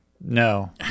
no